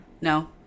no